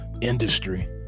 industry